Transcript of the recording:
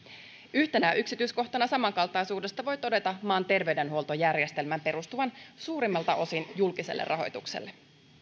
yhtenä esimerkkinä samankaltaisuudesta voi todeta maan terveydenhuoltojärjestelmän perustuvan suurimmalta osin julkiselle rahoitukselle